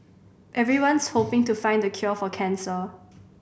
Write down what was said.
everyone's hoping to find the cure for cancer